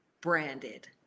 branded